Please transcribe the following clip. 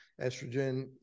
Estrogen